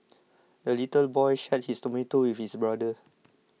the little boy shared his tomato with his brother